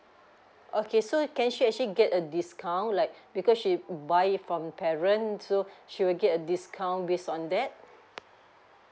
okay so can she actually get a discount like because she buy it from parent so she will get a discount based on that